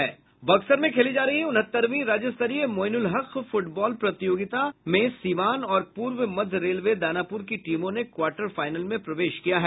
बक्सर में खेली जा रही उनहत्तरवीं राज्यस्तरीय मोइनुल हक फुटबॉल प्रतियोगिता में सीवान और पूर्व मध्य रेलवे दानापुर की टीमों ने क्वार्टर फाइनल में प्रवेश किया है